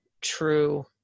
true